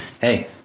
Hey